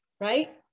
right